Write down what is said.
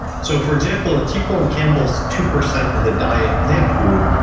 so for example, in t. colin campbell's two percent of the diet plant food,